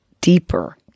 deeper